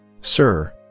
Sir